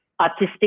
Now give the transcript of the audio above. artistic